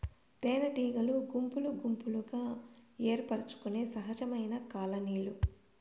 తేనెటీగలు గుంపులు గుంపులుగా ఏర్పరచుకొనే సహజమైన కాలనీలు